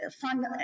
fun